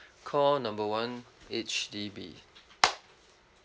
call number one H_D_B